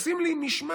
עושים לי משמעת,